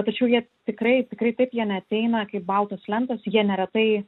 tačiau jie tikrai tikrai taip jie neateina kaip baltos lentos jie neretai